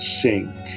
sink